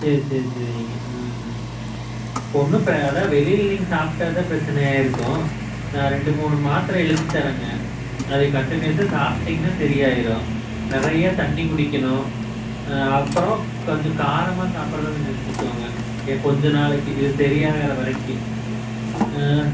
சரி சரி சரிங்க ம் இப்போது ஒன்றும் அதான் வெளியில் நீங்கள் சாப்பிட்டது தான் பிரச்சனையாக ஆகியிருக்கும் நான் ரெண்டு மூணு மாத்திர எழுதி தர்றேங்க அதை கண்ட்டினியூஸாக சாப்பிட்டீங்கன்னா சரியாகிரும் நிறையா தண்ணி குடிக்கணும் அப்புறம் கொஞ்சம் காரமாக சாப்பிட்றத நிறுத்திக்கங்க இத கொஞ்சம் நாளைக்கு இது சரியாகிற வரைக்கும்